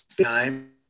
time